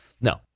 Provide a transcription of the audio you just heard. No